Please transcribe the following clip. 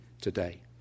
today